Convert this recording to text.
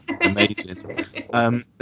amazing